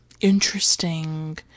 interesting